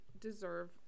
deserve